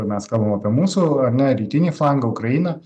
mes kalbam apie mūsų ar ne rytinį flangą ukrainą